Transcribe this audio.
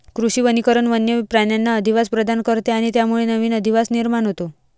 कृषी वनीकरण वन्य प्राण्यांना अधिवास प्रदान करते आणि त्यामुळे नवीन अधिवास निर्माण होतो